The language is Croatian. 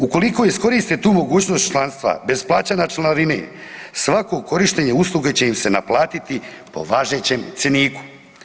Ukoliko iskoriste tu mogućnost članstva bez plaćanja članarine svako korištenje usluge će im se naplatiti po važećem cjeniku.